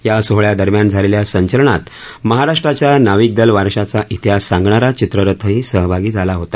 या सोहळ्यादरम्यान झालेल्या संचलनात महाराष्ट्राच्या नाविक दल वारशाचा इतिहास सांगणारा चित्रस्थही सहभागी झाला होता